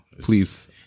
Please